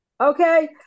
Okay